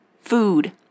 food